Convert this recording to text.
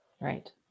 Right